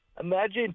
Imagine